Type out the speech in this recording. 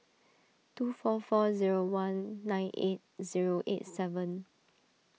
two four four zero one nine eight zero eight seven